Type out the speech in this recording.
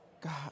God